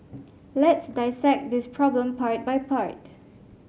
let's dissect this problem part by part